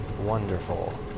Wonderful